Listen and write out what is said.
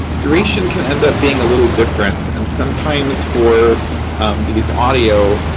duration can end up being a little different. and sometimes for these audio,